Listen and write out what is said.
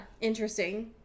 Interesting